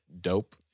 dope